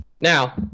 Now